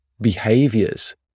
behaviors